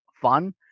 fun